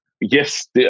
yes